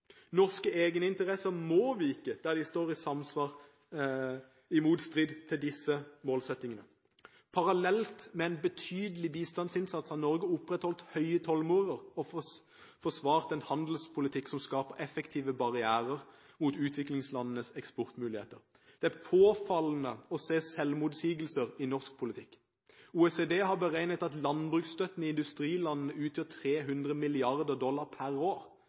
Norske egeninteresser må vike der de står i motstrid til disse målsettingene. Parallelt med en betydelig bistandsinnsats har Norge opprettholdt høye tollmurer og forsvart en handelspolitikk som skaper effektive barrierer mot utviklingslandenes eksportmuligheter. Det er påfallende å se selvmotsigelsene i norsk politikk. OECD har beregnet at landbruksstøtten i industrilandene utgjør 300 mrd. dollar per år,